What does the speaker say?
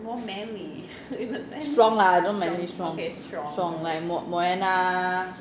strong lah don't manly strong like moana